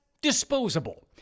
disposable